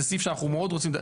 זה סעיף שאנחנו מאוד רוצים.